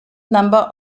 number